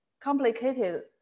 complicated